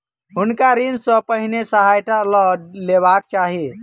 हुनका ऋण सॅ पहिने सहायता लअ लेबाक चाही